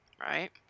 Right